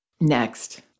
Next